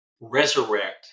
resurrect